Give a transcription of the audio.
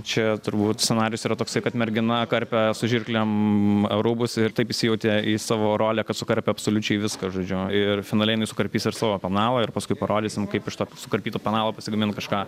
čia turbūt scenarijus yra toksai kad mergina karpė su žirklėm rūbus ir taip įsijautė į savo rolę kad sukarpė absoliučiai viską žodžiu ir finale jinai sukarpys ir savo penalą ir paskui parodysim kaip iš to sukarpyto penalo pasigamint kažką